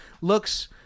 Looks